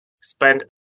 spend